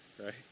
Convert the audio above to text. right